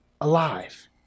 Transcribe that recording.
alive